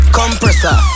Compressor